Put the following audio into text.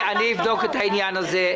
אני אבדוק את העניין הזה.